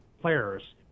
players